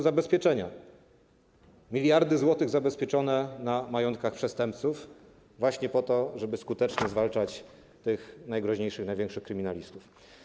Zabezpieczenia - miliardy złotych zabezpieczone na majątkach przestępców właśnie po to, żeby skutecznie zwalczać tych najgroźniejszych, największych kryminalistów.